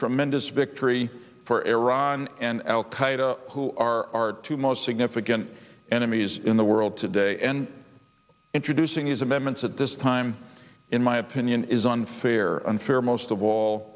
tremendous victory for iran and al qaeda who are two most significant enemies in the world today and introducing these amendments at this time in my opinion is unfair unfair most of all